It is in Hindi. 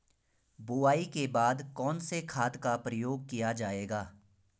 बुआई के बाद कौन से खाद का प्रयोग किया जायेगा?